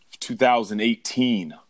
2018